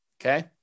Okay